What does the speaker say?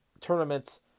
tournament's